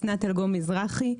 שמי אסנת אלגום מזרחי,